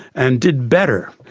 and did better.